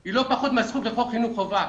היא לא פחות מהזכות לחוק חינוך חובה.